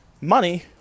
money